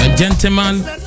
Gentlemen